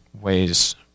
ways